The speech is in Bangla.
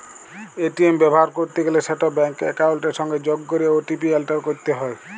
এ.টি.এম ব্যাভার ক্যরতে গ্যালে সেট ব্যাংক একাউলটের সংগে যগ ক্যরে ও.টি.পি এলটার ক্যরতে হ্যয়